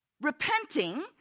repenting